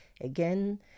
Again